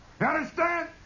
understand